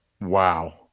Wow